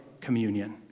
communion